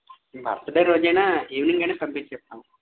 birthday రోజైనా ఈవినింగైనా పంపించేస్తాము